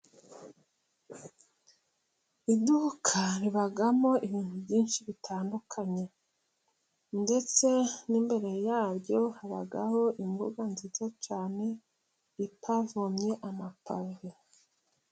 Iduka ribamo ibintu byinshi bitandukanye. Ndetse n'imbere yaryo habaho imbuga nziza cyane, ipavomye amapave.